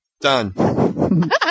Done